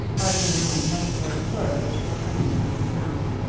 hardly knowing what the words were which were coming from his mouth.